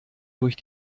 durch